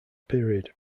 period